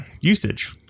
Usage